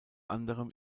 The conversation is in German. anderem